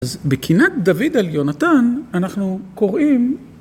אז בקינת דוד על יונתן אנחנו קוראים.